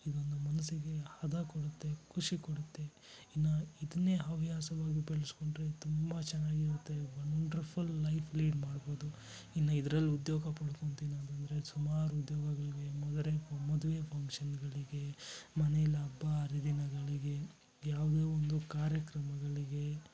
ಇದೊಂದು ಮನಸ್ಸಿಗೆ ಹದ ಕೊಡುತ್ತೆ ಖುಷಿ ಕೊಡುತ್ತೆ ಇನ್ನು ಇದನ್ನೇ ಹವ್ಯಾಸವಾಗಿ ಬೆಳಸ್ಕೊಂಡ್ರೆ ತುಂಬ ಚೆನ್ನಾಗಿರುತ್ತೆ ವಂಡ್ರಫುಲ್ ಲೈಫ್ ಲೀಡ್ ಮಾಡ್ಬೋದು ಇನ್ನು ಇದರಲ್ಲಿ ಉದ್ಯೋಗ ಪಡ್ಕೊಂತೀನಿ ಅಂತಂದರೆ ಸುಮಾರು ಉದ್ಯೋಗಗಳಿವೆ ಮದ್ರೆ ಮದುವೆ ಫಂಕ್ಷನ್ಗಳಿಗೆ ಮನೇಲಿ ಹಬ್ಬ ಹರಿದಿನಗಳಿಗೆ ಯಾವುದೇ ಒಂದು ಕಾರ್ಯಕ್ರಮಗಳಿಗೆ